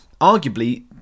arguably